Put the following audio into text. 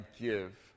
give